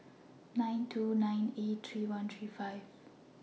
nine two nine eight three one three five